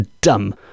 dumb